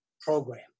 program